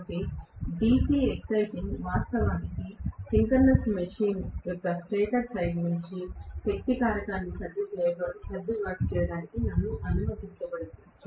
కాబట్టి DC exciting వాస్తవానికి synchronous machine యొక్క స్టేటర్ సైడ్ యొక్క శక్తి కారకాన్ని సర్దుబాటు చేయడానికి నన్ను అనుమతించబోతోంది